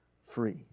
free